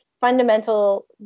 fundamental